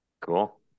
Cool